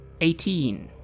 Eighteen